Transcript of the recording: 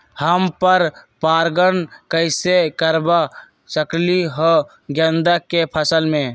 हम पर पारगन कैसे करवा सकली ह गेंदा के फसल में?